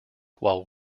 while